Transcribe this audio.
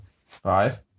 Five